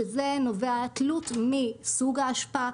שזה נובע תלות מסוג האשפה,